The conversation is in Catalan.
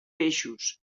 peixos